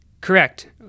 Correct